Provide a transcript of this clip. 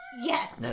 Yes